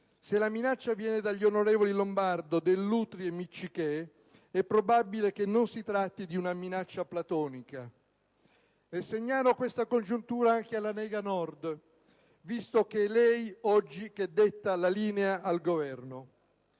se la minaccia viene dagli onorevoli Lombardo, Dell'Utri e Miccichè, è probabile che non si tratti di una minaccia platonica. Segnalo questa congiuntura anche alla Lega Nord, visto che è questa che oggi detta la linea al Governo.